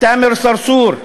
תאמר סרסור,